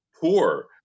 poor